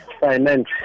finance